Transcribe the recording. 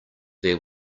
there